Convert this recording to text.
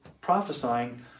prophesying